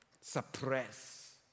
suppress